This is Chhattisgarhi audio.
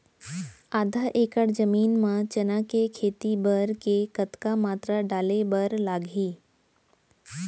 आधा एकड़ जमीन मा चना के खेती बर के कतका मात्रा डाले बर लागही?